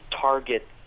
target